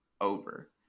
over